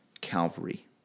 Calvary